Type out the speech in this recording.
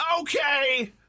Okay